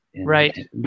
right